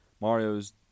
Mario's